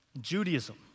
Judaism